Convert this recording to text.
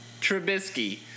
Trubisky